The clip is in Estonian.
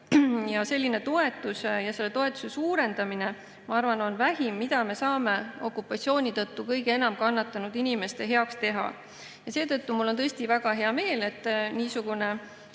Selline toetus ja selle toetuse suurendamine on, ma arvan, vähim, mida me saame okupatsiooni tõttu kõige enam kannatanud inimeste heaks teha. Seetõttu mul on tõesti väga hea meel, et järgmisel